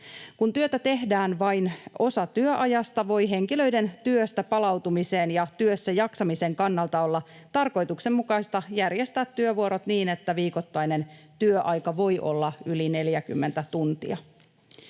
Kun työtä tehdään vain osa työajasta, voi henkilöiden työstä palautumisen ja työssäjaksamisen kannalta olla tarkoituksenmukaista järjestää työvuorot niin, että viikoittainen työaika voi olla yli 40 tuntia.